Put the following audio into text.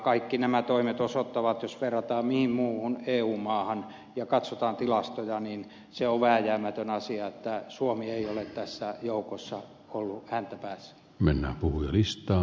kaikki nämä toimet osoittavat jos verrataan mihin tahansa muuhun eu maahan ja katsotaan tilastoja että se on vääjäämätön asia että suomi ei ole tässä joukossa ollut häntäpäässä